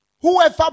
Whoever